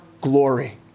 glory